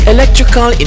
Electrical